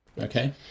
okay